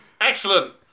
Excellent